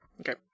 okay